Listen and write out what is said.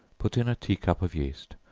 put in a tea-cup of yeast,